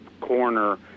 corner